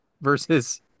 versus